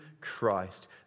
Christ